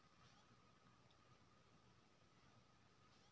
भूजल मने भेलै जमीन तरका पानि